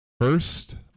First